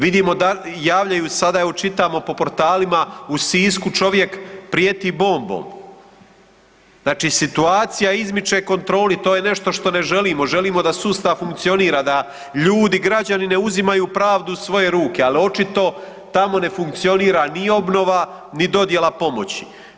Vidimo javljaju sada evo, čitamo po portalima, u Sisku čovjek prijeti bombom, znači situacija izmiče kontroli, to je nešto što ne želimo, želimo da sustav funkcionira, da ljudi, građani ne uzimaju pravdu u svoje ruke ali očito tamo ne funkcionira ni obnova ni dodjela pomoći.